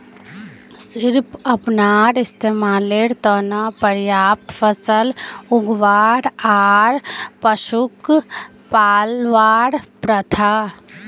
सिर्फ अपनार इस्तमालेर त न पर्याप्त फसल उगव्वा आर पशुक पलवार प्रथा